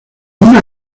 una